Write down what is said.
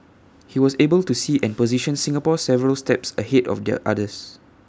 he was able to see and position Singapore several steps ahead of the others